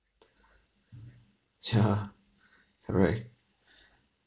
yeah correct